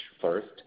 first